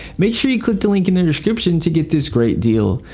make sure you click the link in the description to get this great deal.